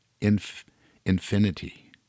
infinity